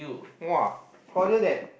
!wah! Claudia that